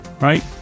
right